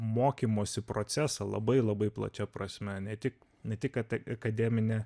mokymosi procesą labai labai plačia prasme ne tik ne tik kad akademinę